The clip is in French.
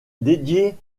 dédiés